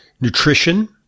nutrition